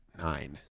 Nine